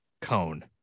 cone